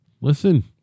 Listen